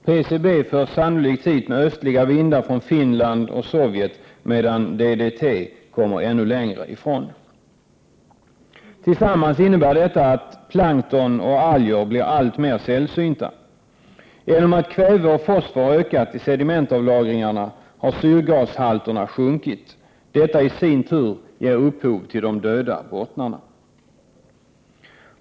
PCB förs sannolikt hit med östliga vindar från Finland och Sovjet, medan DDT kommer från ännu avlägsnare trakter. Allt detta innebär sammantaget att plankton och alger blir alltmer sällsynta. Genom att kväve och fosfor ökat i sedimentavlagringarna har syrgashalterna sjunkit. Detta i sin tur ger upphov till de ”döda” bottnarna.